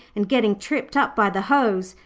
and getting tripped up by the hose,